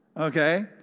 Okay